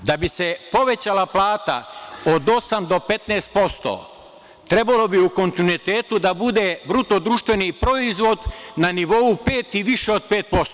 Da bi se povećala plata od 8 do 15% trebalo bi u kontinuitetu da bude BDP na nivou 5 i više od 5%